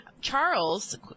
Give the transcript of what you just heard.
Charles